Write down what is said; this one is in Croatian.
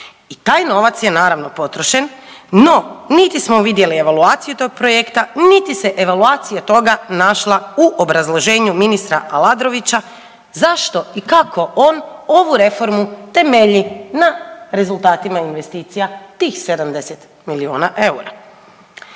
i taj novac je naravno, potrošen, no, niti smo vidjeli evaluaciju tog projekta niti se evaluacija toga našla u obrazloženju ministra Aladrovića, zašto i kako on ovu reformu temelji na rezultatima investicija tih 70 milijuna eura.